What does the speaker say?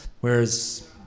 Whereas